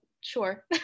Sure